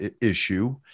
issue